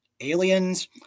aliens